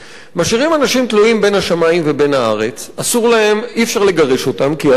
משאירים אנשים תלויים בין השמים ובין הארץ: אי-אפשר לגרש אותם כי אסור,